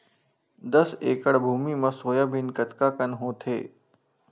दस एकड़ भुमि म सोयाबीन कतका कन होथे?